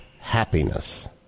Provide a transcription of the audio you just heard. happiness